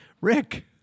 Rick